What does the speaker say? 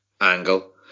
angle